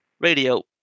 radio